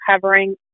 covering